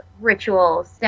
rituals